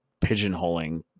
pigeonholing